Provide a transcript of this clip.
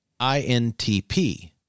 INTP